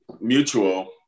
mutual